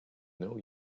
know